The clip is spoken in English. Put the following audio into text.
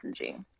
messaging